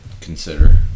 consider